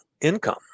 income